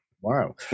Wow